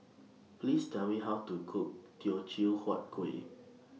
Please Tell Me How to Cook Teochew Huat Kuih